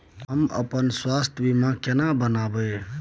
हम अपन स्वास्थ बीमा केना बनाबै?